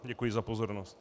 Děkuji za pozornost.